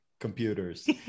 Computers